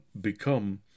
become